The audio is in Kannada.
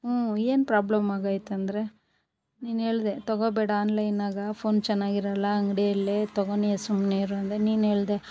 ಹ್ಞೂ ಏನು ಪ್ರಾಬ್ಲಮ್ ಆಗೈತಂದ್ರೆ ನೀನು ಹೇಳ್ದೆ ತಗೊಬೇಡ ಆನ್ಲೈನ್ನಾಗ ಫೋನ್ ಚೆನ್ನಾಗಿರಲ್ಲ ಅಂಗಡಿಯಲ್ಲೆ ತಗೊ ನೀ ಸುಮ್ನಿರು ಅಂದೆ ನೀನು ಹೇಳ್ದೆ